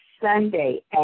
Sunday